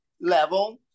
level